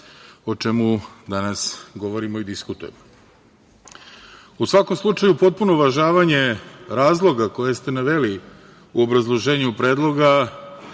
o čemu danas govorimo i diskutujemo.U svakom slučaju, uz potpuno uvažavanje razloga koje ste naveli u obrazloženju predloga,